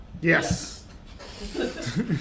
Yes